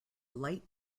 light